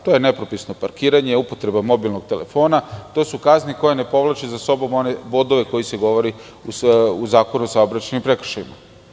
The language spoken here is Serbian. To je nepropisno parkiranje, upotreba mobilnog telefona, to su kazne koje ne povlače za sobom one bodove, za koje se govori u Zakonu o saobraćajnim prekršajima.